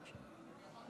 בבקשה.